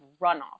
runoff